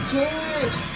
George